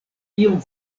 tiom